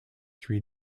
three